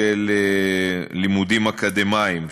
של לימודים אקדמיים,